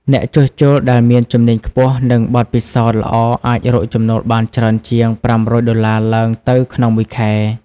អ្នកជួសជុលដែលមានជំនាញខ្ពស់ និងបទពិសោធន៍ល្អអាចរកចំណូលបានច្រើនជាង ៥០០ ដុល្លារឡើងទៅក្នុងមួយខែ។